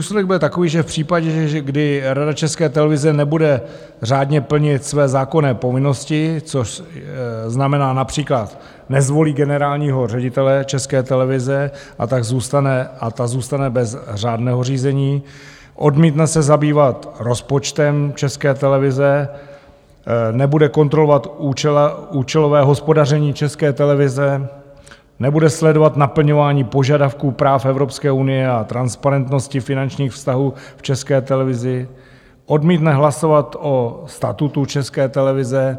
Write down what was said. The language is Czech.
Důsledek bude takový, že v případě, kdy Rada České televize nebude řádně plnit své zákonné povinnosti, což znamená například nezvolí generálního ředitele České televize a ta zůstane bez řádného řízení, odmítne se zabývat rozpočtem České televize, nebude kontrolovat účelové hospodaření České televize, nebude sledovat naplňování požadavků práv Evropské unie o transparentnosti finančních vztahů v České televizi, odmítne hlasovat o statutu České televize.